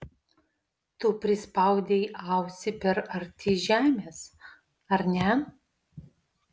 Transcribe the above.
tu prispaudei ausį per arti žemės ar ne